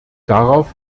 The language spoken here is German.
darauf